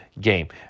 game